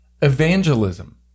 evangelism